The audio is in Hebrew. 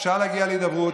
אפשר להגיע להידברות,